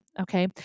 Okay